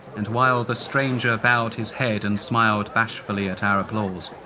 and while the stranger bowed his head and smiled bashfully at our applause,